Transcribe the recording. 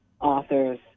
authors